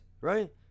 right